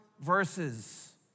verses